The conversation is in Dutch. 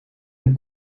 een